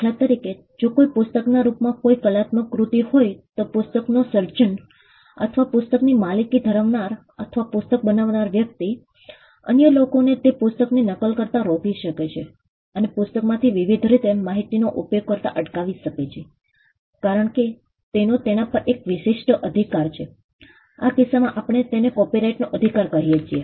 દાખલા તરીકે જો કોઈ પુસ્તકના રૂપમાં કોઈ કલાત્મક કૃતિ હોય તો પુસ્તકનો સર્જક અથવા પુસ્તકની માલિકી ધરાવનાર અથવા પુસ્તક બનાવનાર વ્યક્તિ અન્ય લોકોને તે પુસ્તકની નકલ કરતા રોકી શકે છે અને પુસ્તકમાંથી વિવિધ રીતે માહિતીનો ઉપયોગ કરતા અટકાવી શકે છે કારણ કે તેનો તેના પર એક વિશેષ અધિકાર છે આ કિસ્સામાં આપણે તેને કોપીરાઈટનો અધિકાર કહીએ છીએ